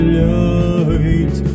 light